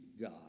God